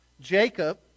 Jacob